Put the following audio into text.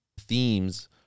themes